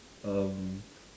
um